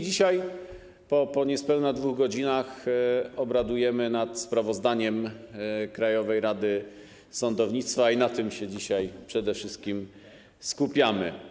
Dzisiaj po niespełna 2 godzinach obradujemy nad sprawozdaniem Krajowej Rady Sądownictwa i na tym dzisiaj przede wszystkim się skupiamy.